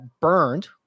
burned